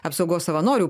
apsaugos savanorių